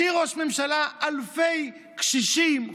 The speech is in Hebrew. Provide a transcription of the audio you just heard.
השאיר ראש הממשלה אלפי קשישים,